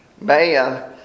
man